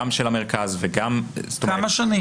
גם של המרכז וגם --- כמה שנים?